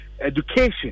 education